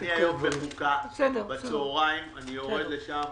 אני היום בחוקה בצוהריים, אני יורד לשם.